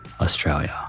Australia